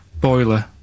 boiler